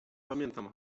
pamiętam